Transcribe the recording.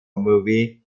movie